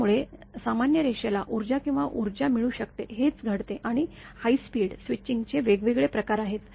त्यामुळे सामान्य रेषेला ऊर्जा किंवा ऊर्जा मिळू शकते हेच घडते आणि हायस्पीड स्विचिंगचे वेगवेगळे प्रकार आहेत